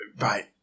Right